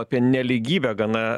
apie nelygybę gana